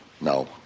No